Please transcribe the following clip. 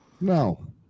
No